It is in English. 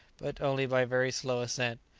but only by very slow ascent.